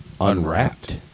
Unwrapped